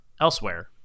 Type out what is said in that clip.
elsewhere